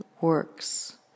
works